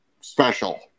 special